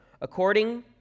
according